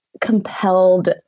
compelled